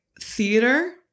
theater